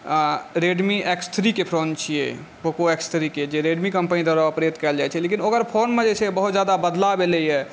Redmi X थ्रीके phone छियै Poco X थ्रीके जे रेडमी कम्पनी द्वारा ऑपरेट कयल जाइ छै लेकिन ओकर फोनमे जे छै बहुत जा दा बदलाव एलैया